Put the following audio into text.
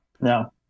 No